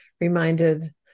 reminded